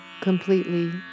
completely